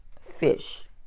fish